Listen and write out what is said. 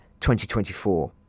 2024